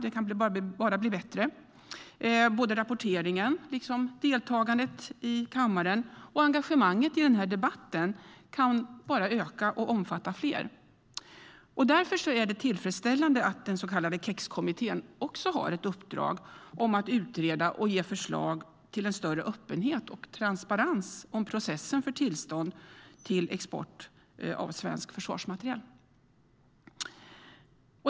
Det kan bara bli bättre; såväl rapporteringen som deltagandet i kammaren och engagemanget i debatten kan öka och omfatta fler. Därför är det tillfredsställande att den så kallade KEX-kommittén också har ett uppdrag att utreda och ge förslag till en större öppenhet och transparens i processen för tillstånd till export av svensk försvarsmateriel.